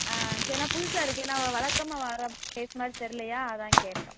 ஆ சரி ஏன்னால் புதுசாக இருக்கே ஏன்னால் வழக்கமா வர ஃபேஸ் மாதிரி தெரிலயா அதுதான் கேட்டோம்